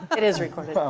it is recorded. oh.